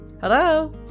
Hello